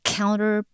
Counter